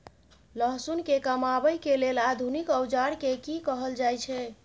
लहसुन के कमाबै के लेल आधुनिक औजार के कि कहल जाय छै?